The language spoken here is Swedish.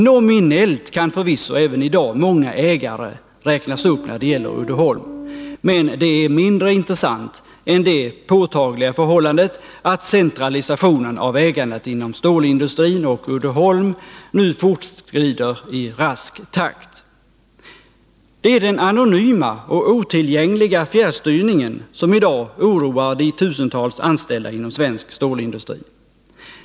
Nominellt kan förvisso även i dag många ägare räknas upp, men det är mindre intressant än det påtagliga förhållandet att centraliseringen av ägandet inom stålindustrin och Uddeholm nu fortskrider i rask takt. Det är den anonyma och otillgängliga fjärrstyrningen som i dag oroar de tusentals anställda inom svensk stålindustri.